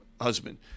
husband